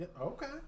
okay